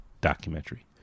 documentary